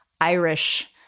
Irish